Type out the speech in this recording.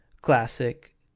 classic